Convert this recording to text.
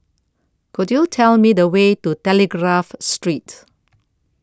Could YOU Tell Me The Way to Telegraph Street